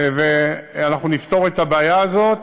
ואנחנו נפתור את הבעיה הזאת.